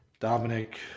Dominic